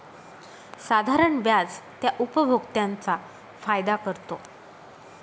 साधारण व्याज त्या उपभोक्त्यांचा फायदा करतो